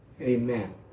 Amen